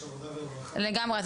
לגמרי,